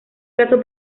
caso